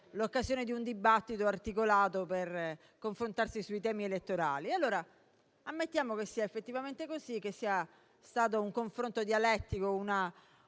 l'occasione per un dibattito articolato per confrontarsi sui temi elettorali. Ammettiamo che sia effettivamente così, che questo sia stato un confronto dialettico,